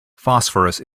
phosphorus